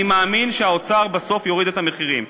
אני מאמין שהאוצר בסוף יוריד את המחירים.